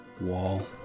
wall